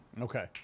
okay